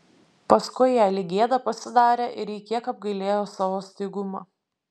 paskui jai lyg gėda pasidarė ir ji kiek apgailėjo savo staigumą